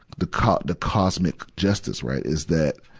the co, the cosmic justice, right, is that,